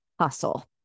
hustle